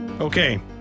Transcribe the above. Okay